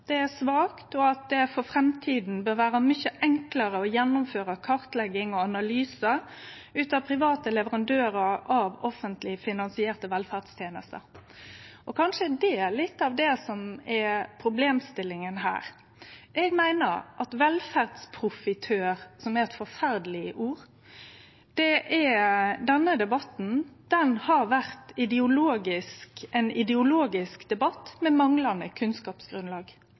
Det er svakt, og det bør for framtida vere mykje enklare å gjennomføre kartlegging og analysar av private leverandørar av offentleg finansierte velferdstenester. Kanskje det er litt av det som er problemstillinga her. Eg meiner at debatten om «velferdsprofitørar», som er eit forferdeleg ord, har vore ein ideologisk debatt med manglande kunnskapsgrunnlag.